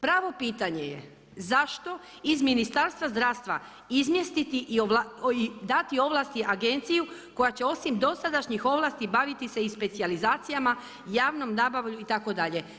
Pravo pitanje je zašto iz Ministarstva zdravstva izmjestiti i dati ovlasti Agenciji koja će osim dosadašnjih ovlasti baviti se i specijalizacijama, javnom nabavom itd.